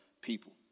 people